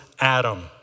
Adam